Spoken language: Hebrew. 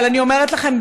אבל אני אומרת לכם,